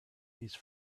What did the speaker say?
these